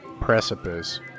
precipice